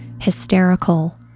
hysterical